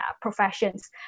professions